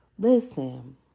Listen